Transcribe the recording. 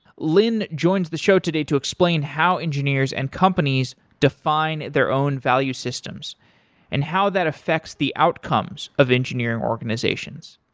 lynne joins the show today to explain how engineers and companies define their own value systems and how that affects the outcomes of engineering organizations.